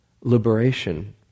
liberation